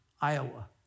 Iowa